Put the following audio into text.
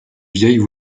vieilles